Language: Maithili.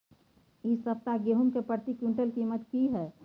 इ सप्ताह गेहूं के प्रति क्विंटल कीमत की हय?